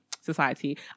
society